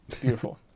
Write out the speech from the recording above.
beautiful